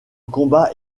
combat